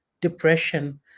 depression